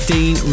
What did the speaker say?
Dean